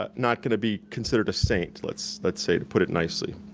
ah not gonna be considered a saint, let's let's say to put it nicely.